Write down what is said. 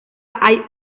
hay